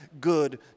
good